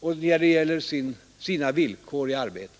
och deras villkor i arbetet.